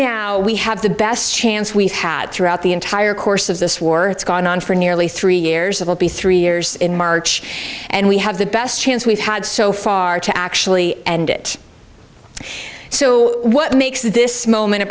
now we have the best chance we've had throughout the entire course of this war it's gone on for nearly three years it'll be three years in march and we have the best chance we've had so far to actually end it so what makes this moment a